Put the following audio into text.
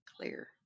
clear